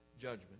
judgment